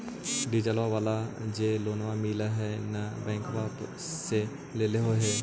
डिजलवा वाला जे लोनवा मिल है नै बैंकवा से लेलहो हे?